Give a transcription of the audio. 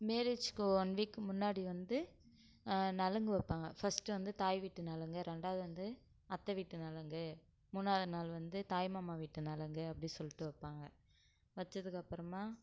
மேரேஜ்க்கு one week முன்னாடி வந்து நலங்கு வைப்பாங்க ஃபர்ஸ்டு வந்து தாய்வீட்டு நலங்கு ரெண்டாவது வந்த அத்தை வீட்டு நலங்கு மூணாவது நாள் வந்து தாய்மாமா வீட்டு நலங்கு அப்படி சொல்லிட்டு வைப்பாங்க வைச்சதுக்கு அப்புறமா